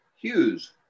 Hughes